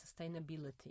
sustainability